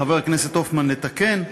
חבר הכנסת הופמן לתקן,